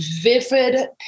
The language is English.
vivid